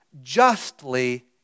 justly